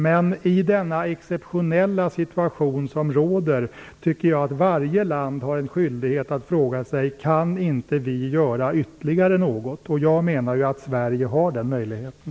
Men i den exceptionella situation som råder tycker jag att varje land har en skyldighet att fråga sig om man inte kan göra ytterligare något. Jag menar att Sverige har den möjligheten.